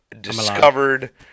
discovered